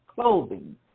clothing